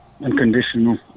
unconditional